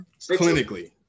Clinically